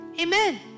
Amen